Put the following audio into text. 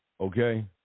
okay